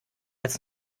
als